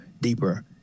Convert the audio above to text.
deeper